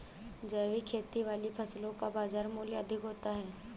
जैविक खेती वाली फसलों का बाज़ार मूल्य अधिक होता है